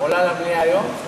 עולה למליאה היום?